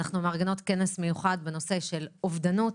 אנחנו מארגנות כנס מיוחד בנושא של אובדנות.